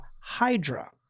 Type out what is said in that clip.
Hydra